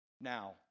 Now